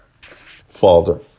Father